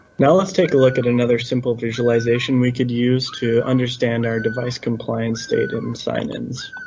now let's take a look at another simple visualization we could use to understand our device compliance state in sign-ins.